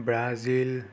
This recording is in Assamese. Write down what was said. ব্ৰাজিল